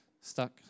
stuck